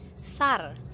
Sar